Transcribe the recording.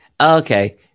okay